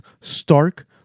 stark